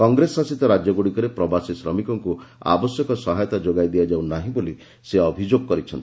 କଂଗ୍ରେସ ଶାସିତ ରାଜ୍ୟଗୁଡ଼ିକରେ ପ୍ରବାସୀ ଶ୍ରମିକଙ୍କ ଆବଶ୍ୟକ ସହାୟତା ଯୋଗାଇ ଦିଆଯାଉ ନାହିଁ ବୋଲି ସେ ଅଭିଯୋଗ କରିଛନ୍ତି